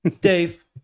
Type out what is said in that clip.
dave